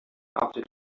after